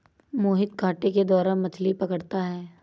मोहित कांटे के द्वारा मछ्ली पकड़ता है